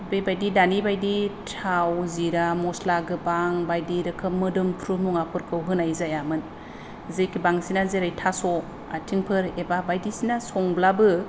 बेबायदि दानि बायदि थाव जिरा मस्ला गोबां बायदि रोखोम मोदोमफ्रु मुवाफोरखौ होनाय जायामोन जेखि बांसिना जेरै थास' आथिंफोर बा बायदिसिना संब्लाबो